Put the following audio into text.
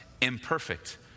imperfect